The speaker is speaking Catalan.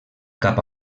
cap